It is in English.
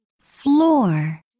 Floor